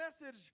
message